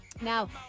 Now